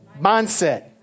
mindset